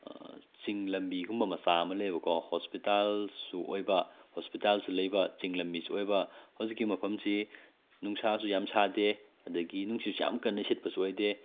ꯆꯤꯡ ꯂꯝꯕꯤꯒꯨꯝꯕ ꯃꯆꯥ ꯑꯃ ꯂꯩꯌꯦꯕꯀꯣ ꯍꯣꯁꯄꯤꯇꯥꯜꯁꯨ ꯑꯣꯏꯕ ꯍꯣꯁꯄꯤꯇꯥꯜꯁꯨ ꯂꯩꯕ ꯆꯤꯡ ꯂꯝꯕꯤꯁꯨ ꯑꯣꯏꯕ ꯍꯧꯖꯤꯛꯀꯤ ꯃꯐꯝꯁꯤ ꯅꯨꯡꯁꯥꯁꯨ ꯌꯥꯝ ꯁꯥꯗꯦ ꯑꯗꯒꯤ ꯅꯨꯡꯁꯤꯠꯁꯨ ꯌꯥꯝ ꯀꯟꯅ ꯁꯤꯠꯄꯁꯨ ꯑꯣꯏꯗꯦ